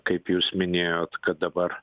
kaip jūs minėjot kad dabar